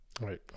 Right